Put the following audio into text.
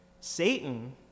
Satan